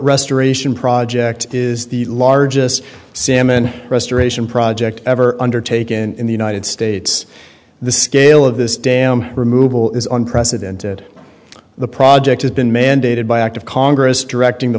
restoration project is the largest salmon restoration project ever undertaken in the united states the scale of this dam removal is unprecedented the project has been mandated by act of congress directing the